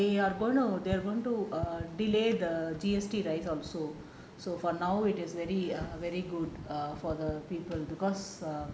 they are going to they are going to err delay the G_S_T right so so for now it is very very good err for the people because err